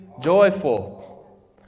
joyful